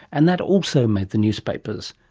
and that also made the newspapers.